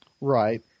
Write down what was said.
Right